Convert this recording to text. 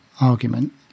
argument